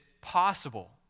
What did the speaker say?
possible